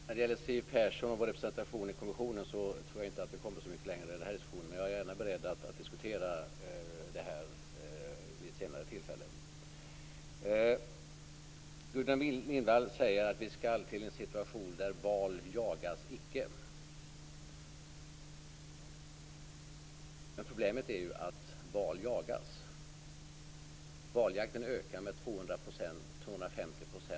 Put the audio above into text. Fru talman! När det gäller diskussionen med Siw Persson om vår representation i kommissionen tror jag inte att vi kommer så mycket längre. Men jag är gärna beredd att diskutera frågan vid ett senare tillfälle. Gudrun Lindvall säger att vi skall ha en situation som innebär: Val jagas icke! Men problemet är ju att val jagas. Valjakten ökar med 250 %.